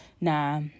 Nah